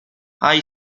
high